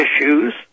issues